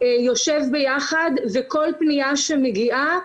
יושב ביחד וכל פניה שמגיעה,